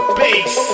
bass